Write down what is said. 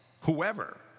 whoever